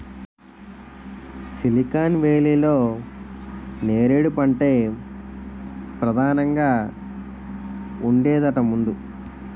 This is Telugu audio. సిలికాన్ వేలీలో నేరేడు పంటే పదానంగా ఉండేదట ముందు